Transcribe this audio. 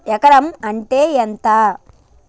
ఎకరం అంటే ఎంత?